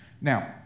Now